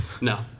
No